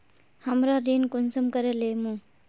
हमरा ऋण कुंसम करे लेमु?